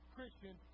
Christian